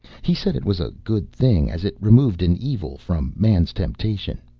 he said it was a good thing, as it removed an evil from man's temptation.